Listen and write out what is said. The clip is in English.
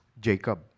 Jacob